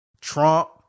Trump